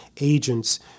agents